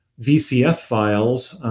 vcf files.